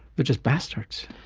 but just bastards.